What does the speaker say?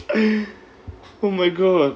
oh my god